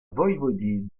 voïvodie